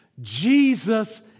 Jesus